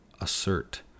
assert